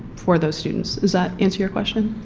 for those students. does that answer your question?